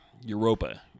Europa